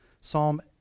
Psalm